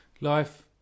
Life